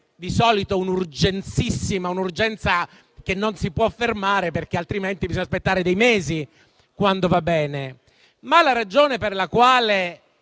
di solito bisogna avere un'urgenza che non si può fermare, perché altrimenti bisogna aspettare dei mesi (quando va bene). Tuttavia, la ragione per la quale